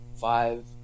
five